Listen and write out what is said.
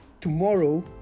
tomorrow